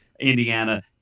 Indiana